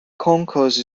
concourse